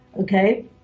Okay